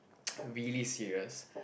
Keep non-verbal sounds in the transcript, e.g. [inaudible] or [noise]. [noise] really serious